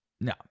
no